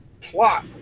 plot